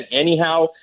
anyhow